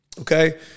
okay